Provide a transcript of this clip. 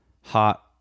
hot